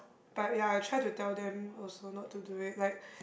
but ya I try to tell them also not to do it like